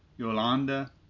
Yolanda